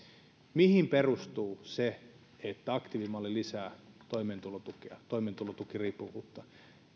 mihin perustuu se että aktiivimalli lisää toimeentulotukiriippuvuutta